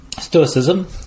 Stoicism